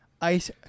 ice